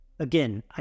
Again